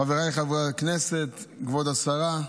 חבריי חברי הכנסת, כבוד השרה,